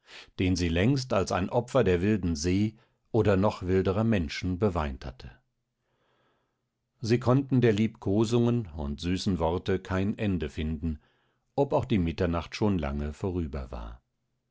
den sie längst als ein opfer der wilden see oder noch wilderer menschen beweint hatte sie konnten der liebkosungen und süßen worte kein ende finden ob auch die mitternacht schon lange vorüber war